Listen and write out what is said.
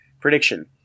prediction